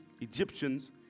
Egyptians